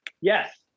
yes